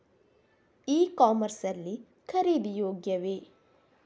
E commerce ಲ್ಲಿ ಖರೀದಿ ಯೋಗ್ಯವೇ?